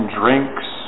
drinks